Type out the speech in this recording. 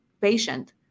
patient